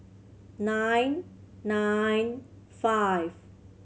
nine nine five